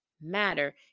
matter